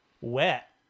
wet